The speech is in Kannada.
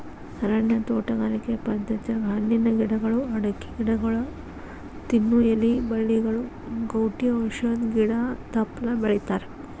ಅರಣ್ಯ ತೋಟಗಾರಿಕೆ ಪದ್ಧತ್ಯಾಗ ಹಣ್ಣಿನ ಗಿಡಗಳು, ಅಡಕಿ ಗಿಡಗೊಳ, ತಿನ್ನು ಎಲಿ ಬಳ್ಳಿಗಳು, ಗೌಟಿ ಔಷಧ ಗಿಡ ತಪ್ಪಲ ಬೆಳಿತಾರಾ